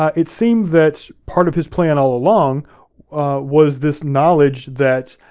um it seems that part of his plan all along was this knowledge that